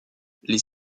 les